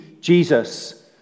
Jesus